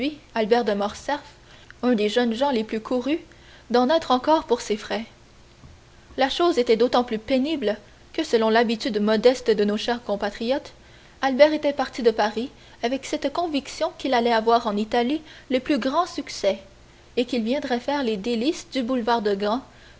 albert de morcerf un des jeunes gens les plus courus d'en être encore pour ses frais la chose était d'autant plus pénible que selon l'habitude modeste de nos chers compatriotes albert était parti de paris avec cette conviction qu'il allait avoir en italie les plus grands succès et qu'il viendrait faire les délices du boulevard de gand